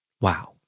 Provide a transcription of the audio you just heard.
Wow